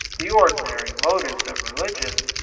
the ordinary motives of religion,